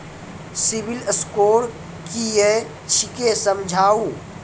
Civil score कि छियै समझाऊ?